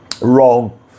Wrong